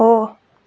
हो